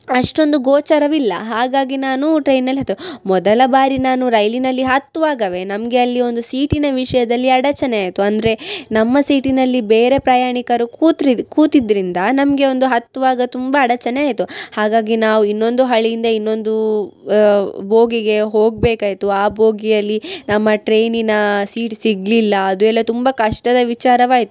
ಅಷ್ಟೊಂದು ಗೋಚರವಿಲ್ಲ ಹಾಗಾಗಿ ನಾನು ಟ್ರೈನಲ್ಲಿ ಹತ್ತು ಮೊದಲ ಬಾರಿ ನಾನು ರೈಲಿನಲ್ಲಿ ಹತ್ತುವಾಗಲೆ ನಮಗೆ ಅಲ್ಲಿ ಒಂದು ಸೀಟಿನ ವಿಷಯದಲ್ಲಿ ಅಡಚಣೆ ಆಯಿತು ಅಂದರೆ ನಮ್ಮ ಸೀಟಿನಲ್ಲಿ ಬೇರೆ ಪ್ರಯಾಣಿಕರು ಕೂತ್ರಿ ಕೂತಿದ್ದರಿಂದ ನಮಗೆ ಒಂದು ಹತ್ತುವಾಗ ತುಂಬ ಅಡಚಣೆ ಆಯಿತು ಹಾಗಾಗಿ ನಾವು ಇನ್ನೊಂದು ಹಳಿಯಿಂದ ಇನ್ನೊಂದು ಬೋಗಿಗೆ ಹೋಗಬೇಕಾಯ್ತು ಆ ಬೋಗಿಯಲ್ಲಿ ನಮ್ಮ ಟ್ರೇನಿನ ಸೀಟ್ ಸಿಗಲಿಲ್ಲ ಅದು ಎಲ್ಲ ತುಂಬ ಕಷ್ಟದ ವಿಚಾರವಾಯಿತು